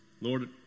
Lord